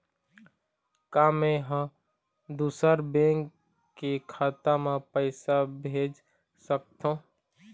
का मैं ह दूसर बैंक के खाता म पैसा भेज सकथों?